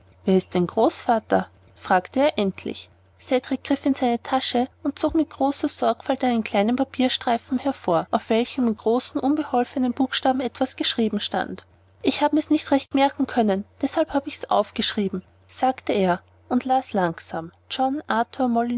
wer ist dein großvater fragte er endlich cedrik griff in seine tasche und zog mit großer sorgfalt einen kleinen papierstreifen hervor auf welchem in großen unbeholfenen buchstaben etwas geschrieben stand ich habe mir's nicht recht merken können deshalb hab ich's aufgeschrieben sagte er und las langsam john arthur